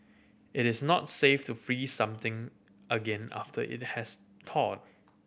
it is not safe to freeze something again after it has thawed